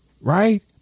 Right